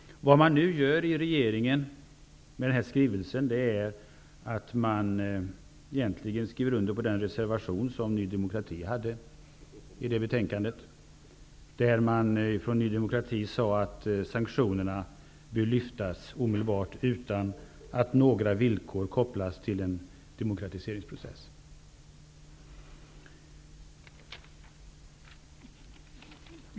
Vad regeringen gör i och med denna skrivelse är egentligen att man skriver under på den reservation som Ny demokrati fogade vid betänkandet i detta ärende. Ny demokrati menade där att sanktionerna borde lyftas omedelbart, utan några villkor kopplade till en demokratiseringsprocess.